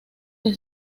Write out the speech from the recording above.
que